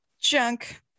Junk